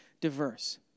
diverse